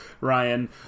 Ryan